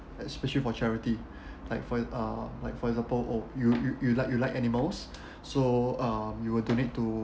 especially for charity like for you uh like for example oh you you you like you like animals so uh you will donate to